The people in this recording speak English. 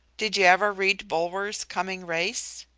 did you ever read bulwer's coming race?